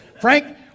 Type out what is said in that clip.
Frank